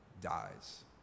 dies